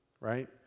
right